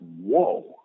whoa